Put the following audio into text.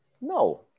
No